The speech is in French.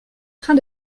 train